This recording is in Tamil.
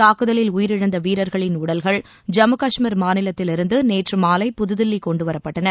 தாக்குதலில் உயிரிழந்த வீரர்களின் உடல்கள் ஐம்மு காஷ்மீர் மாநிலத்திலிருந்து நேற்று மாலை புதுதில்லி கொண்டுவரப்பட்டன